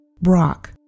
Brock